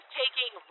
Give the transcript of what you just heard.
taking